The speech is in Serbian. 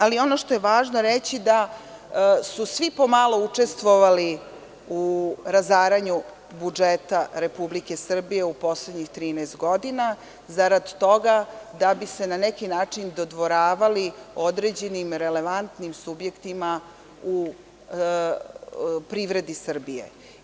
Ali, ono što je važno reći da su svi pomalo učestvovali u razaranju budžeta Republike Srbije u poslednjih 13 godina zarad toga da bi se na neki način dodvoravali određenim relevantnim subjektima u privredi Srbije.